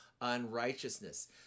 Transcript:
unrighteousness